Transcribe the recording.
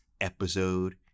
episode